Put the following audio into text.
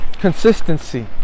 consistency